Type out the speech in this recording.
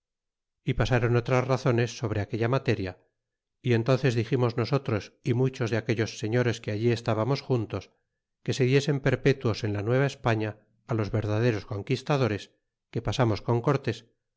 y pas ron otras razones sobre aquella materia y entónces diximos nosotros y muchos de aquelios señores que allí estábamos juntos que se diesen perpetuos en la nueva españa á los verdaderos conquistadores que pasamos con cortés